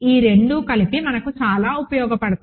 ఈ రెండూ కలిసి మనకు చాలా ఉపయోగపడతాయి